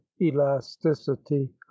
elasticity